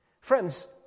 Friends